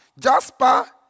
jasper